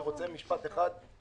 אני רוצה משפט אחד.